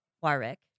Warwick